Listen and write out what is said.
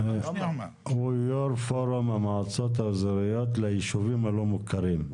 הוא יו"ר פורום המועצות האזוריות ליישובים הלא מוכרים.